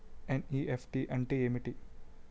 NEFT అంటే ఎంటి?